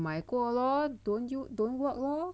买过 lor don't work lor